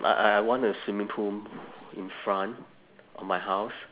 I I I want a swimming pool in front of my house